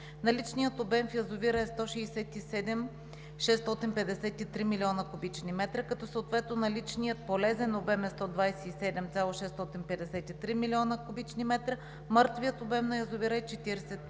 наличният обем в язовира е 167 653 млн. куб. м, като съответно наличният полезен обем е 127,653 млн. куб. м, мъртвият обем на язовира е 40